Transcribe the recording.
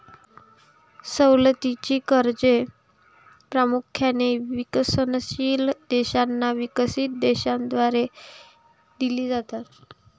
सवलतीची कर्जे प्रामुख्याने विकसनशील देशांना विकसित देशांद्वारे दिली जातात